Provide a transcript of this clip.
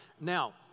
Now